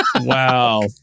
Wow